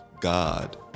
god